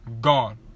Gone